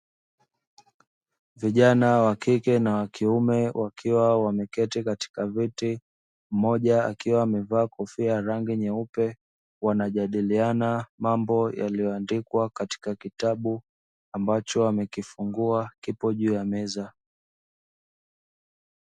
Vijana wa kike na wakiume wakiwa wameketi katika viti, mmoja akiwa amevaa kofia ya rangi nyeupe wanajadiliana mambo yaliyoandikwa katika kitabu ambacho wamekifungua kipo juu ya meza.